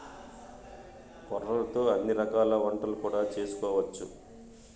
కొర్రలతో అన్ని రకాల వంటలు కూడా చేసుకోవచ్చు